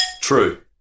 True